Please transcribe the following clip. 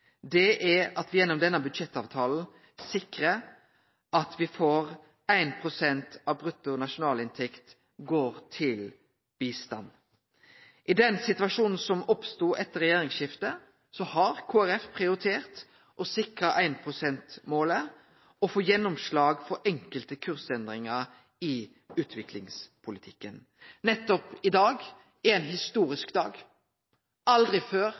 Folkeparti er at me gjennom denne budsjettavtalen sikrar at 1 pst. av brutto nasjonalinntekt går til bistand. I den situasjonen som oppstod etter regjeringsskiftet, har Kristeleg Folkeparti prioritert å sikre 1 pst.-målet og få gjennomslag for enkelte kursendringar i utviklingspolitikken. Nettopp dagen i dag er ein historisk dag: Aldri før